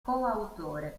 coautore